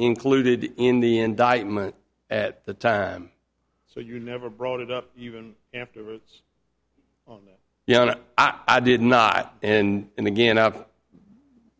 included in the indictment at the time so you never brought it up even afterwards you know i did not and again i have